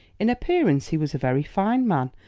in appearance he was a very fine man,